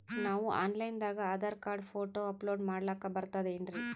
ನಾವು online ದಾಗ Aadhaar card, photo upload ಮಾಡ್ಲಕ ಬರ್ತದೇನ್ರಿ?